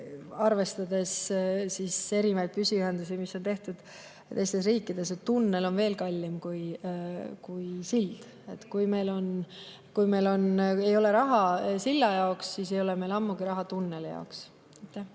arvestades erinevaid püsiühendusi, mis on tehtud teistes riikides, et tunnel on veel kallim kui sild. Kui meil ei ole raha silla jaoks, siis ei ole meil ammugi raha tunneli jaoks.